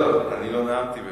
אני לא נאמתי בקופנהגן,